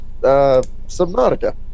Subnautica